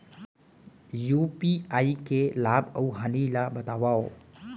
UPI के लाभ अऊ हानि ला बतावव